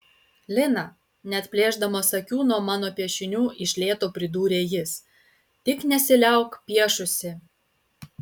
lina neatplėšdamas akių nuo mano piešinių iš lėto pridūrė jis tik nesiliauk piešusi